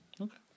Okay